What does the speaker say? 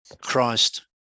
christ